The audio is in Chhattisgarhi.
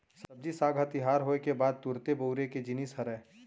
सब्जी साग ह तियार होए के बाद तुरते बउरे के जिनिस हरय